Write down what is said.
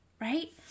Right